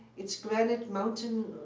it's granite mountain